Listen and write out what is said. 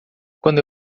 quando